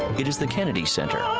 it is the kennedy center